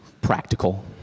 practical